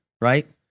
right